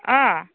अ